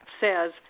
says